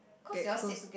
get close